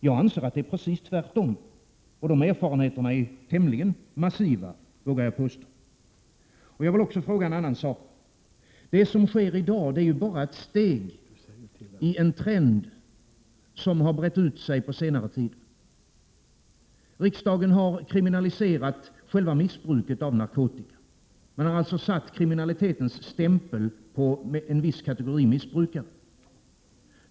Jag anser att det är precis tvärtom — och de erfarenheterna är tämligen massiva, vågar jag påstå. Jag vill också fråga en annan sak. Det som sker i dag är ju bara ett steg i en trend som har brett ut sig på senare tid. Riksdagen har kriminaliserat själva missbruket av narkotika. Man har alltså satt kriminalitetens stämpel på en viss kategori missbrukare.